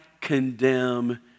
condemn